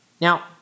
Now